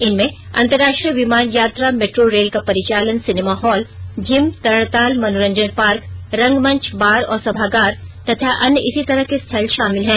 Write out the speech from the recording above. इनमें अंतर्राष्ट्रीय विमान यात्रा मेट्रो रेल का परिचालन सिनेमा हॉल जिम तरणताल मनोरंजन पार्क रंगमंच बार और सभागार तथा अन्य इसी तरह के स्थल शामिल हैं